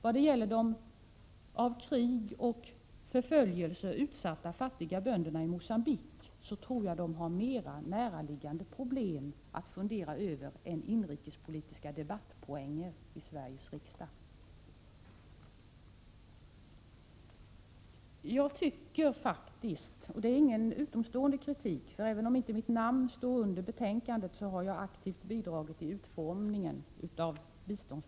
Jag tror att de för krig och förföljelse utsatta fattiga bönderna i Mogambique har mer näraliggande problem att fundera över än inrikespolitiska debattpoänger i Sveriges riksdag. Jag tycker att utrikesutskottets betänkande, med tanke på den gemensamma grundsyn och den stora samarbetsvilja och enighet som finns, är ett beklämmande aktstycke.